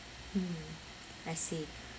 hmm I see